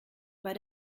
bei